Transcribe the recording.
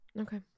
Okay